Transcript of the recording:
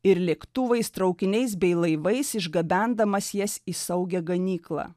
ir lėktuvais traukiniais bei laivais išgabendamas jas į saugią ganyklą